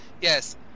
Yes